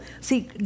See